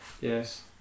Yes